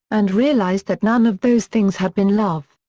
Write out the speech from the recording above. and realized that none of those things had been love.